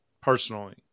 personally